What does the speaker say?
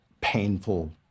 painful